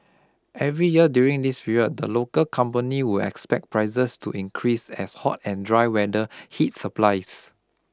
every year during this period the local company would expect prices to increase as hot and dry weather hits supplies